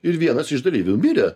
ir vienas iš dalyvių mirė